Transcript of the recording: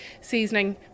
seasoning